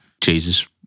Jesus